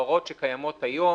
ההוראות שקיימות היום,